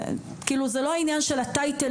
זה לא העניין של ה- Title,